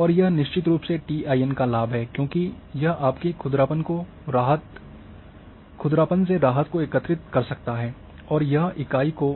और यह निश्चित रूप से टीआईएन का लाभ है क्योंकि यह आपकी खुरदरापन से राहत को एकत्रित कर सकता है और यह इकाई को